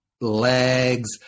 legs